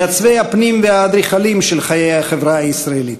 מעצבי הפנים והאדריכלים של חיי החברה הישראלית.